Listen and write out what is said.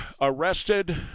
arrested